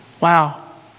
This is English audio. Wow